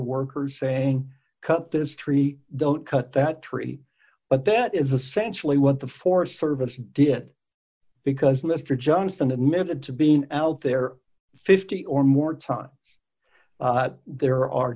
workers saying cut this tree don't cut that tree but that is essential to what the forest service did because mister johnson admitted to being out there fifty or more times there are